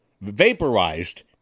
vaporized